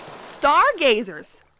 Stargazers